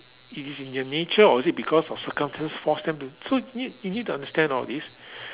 it is in their nature or is it because of circumstance force them to so need you need to understand all of this